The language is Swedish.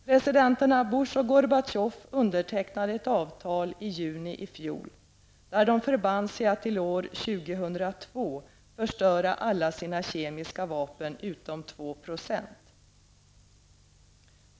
President Bush och Gorbatjov undertecknade ett avtal i juni i fjol där de förband sig att till år 2002 förstöra alla sina kemiska vapen utom 2 %.